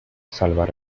salvar